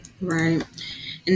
Right